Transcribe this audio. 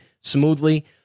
smoothly